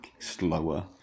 slower